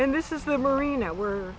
and this is the marina where